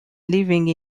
living